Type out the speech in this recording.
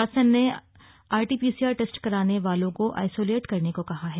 शासन ने RTPCR test कराने वालों को आइसोलेट रहने को कहा है